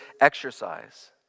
exercise